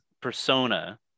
Persona